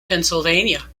pennsylvania